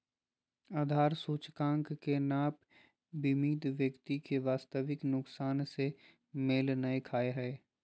आधार सूचकांक के नाप बीमित व्यक्ति के वास्तविक नुकसान से मेल नय खा हइ